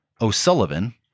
O'Sullivan